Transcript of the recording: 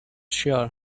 sure